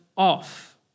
off